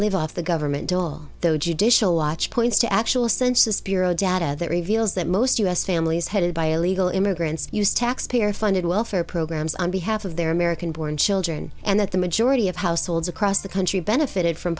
live off the government dole though judicial watch points to actual census bureau data that reveals that most u s families headed by illegal immigrants used taxpayer funded welfare programs on behalf of their american born children and that the majority of households across the country benefited from